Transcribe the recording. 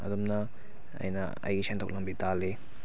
ꯑꯗꯨꯝꯅ ꯑꯩꯅ ꯑꯩꯒꯤ ꯁꯦꯟꯊꯣꯛ ꯂꯝꯕꯤ ꯇꯥꯜꯂꯤ